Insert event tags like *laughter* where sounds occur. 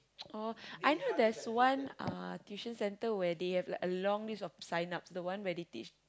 *noise* oh I know there's one uh tuition center where they have like a long list of sign ups the one where they teach